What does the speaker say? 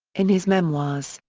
in his memoirs,